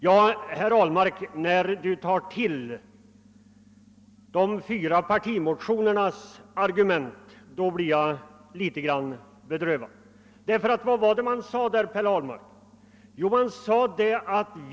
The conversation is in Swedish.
När herr Ahlmark tar till de fyra partimotionernas argument blir jag litet bedrövad. Vad är det man har sagt i dessa?